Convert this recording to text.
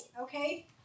Okay